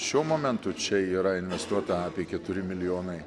šiuo momentu čia yra investuota apie keturi milijonai